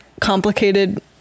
complicated